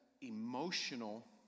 emotional